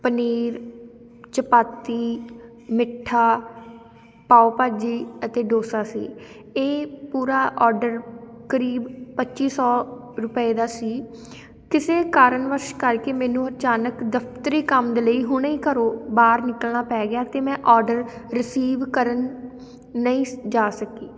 ਪਨੀਰ ਚਪਾਤੀ ਮਿੱਠਾ ਪਾਓ ਭਾਜੀ ਅਤੇ ਡੋਸਾ ਸੀ ਇਹ ਪੂਰਾ ਔਡਰ ਕਰੀਬ ਪੱਚੀ ਸੌ ਰੁਪਏ ਦਾ ਸੀ ਕਿਸੇ ਕਾਰਨ ਵੱਸ ਕਰਕੇ ਮੈਨੂੰ ਅਚਾਨਕ ਦਫਤਰੀ ਕੰਮ ਦੇ ਲਈ ਹੁਣੇ ਘਰੋਂ ਬਾਹਰ ਨਿਕਲਣਾ ਪੈ ਗਿਆ ਅਤੇ ਮੈਂ ਔਡਰ ਰਿਸੀਵ ਕਰਨ ਨਹੀਂ ਸ ਜਾ ਸਕੀ